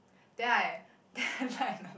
then I then I like another guy